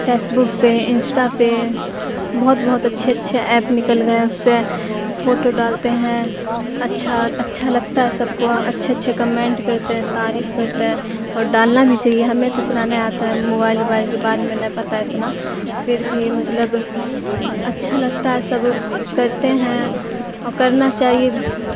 face بک پہ Insta پہ بہت بہت اچھے اچھے ایپ نکل گئے ہیں اس پہ فوٹو ڈالتے ہیں اچھا اچھا لگتا ہے سب کو اچھے اچھے کمنٹ کرتے ہیں تعریف کرتے ہیں اور ڈالنا بھی چاہیے ہمیں تو اتنا نہیں آتا ہے موبائل ووبائل کے بارے میں نہیں پتتا ہے اتنا پھر بھی مطلب اچھا لگتا ہے سب کرتے ہیں اور کرنا چاہیے